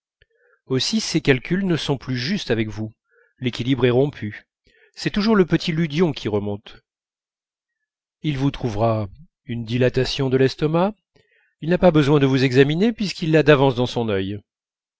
aussi ses calculs ne sont plus justes avec vous l'équilibre est rompu c'est toujours le petit ludion qui remonte il vous trouvera une dilatation d'estomac il n'a pas besoin de vous examiner puisqu'il l'a d'avance dans son œil